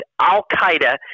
Al-Qaeda